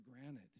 granted